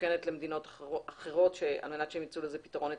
מסוכנת למדינות אחרות על מנת שהן ימצאו לזה פתרון אצלן.